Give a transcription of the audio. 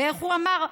ואיך הוא אמר?